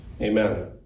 Amen